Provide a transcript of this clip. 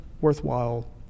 worthwhile